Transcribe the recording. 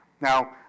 now